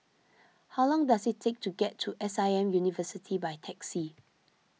how long does it take to get to S I M University by taxi